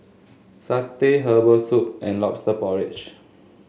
satay Herbal Soup and lobster porridge